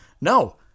No